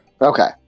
okay